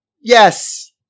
Yes